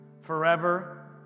forever